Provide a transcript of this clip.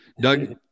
Doug